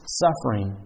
suffering